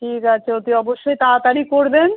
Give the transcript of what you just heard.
ঠিক আছে অতি অবশ্যই তাড়াতাড়ি করবেন